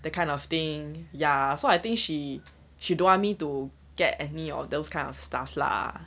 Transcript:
that kind of thing ya so I think she she don't want me to get any of those kind of stuff lah